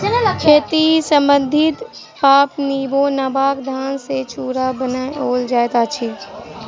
खेती सम्बन्धी पाबनिमे नबका धान सॅ चूड़ा बनाओल जाइत अछि